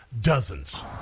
dozens